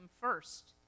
first